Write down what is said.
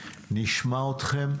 נשמע אתכם,